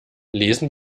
lesen